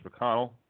McConnell